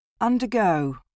Undergo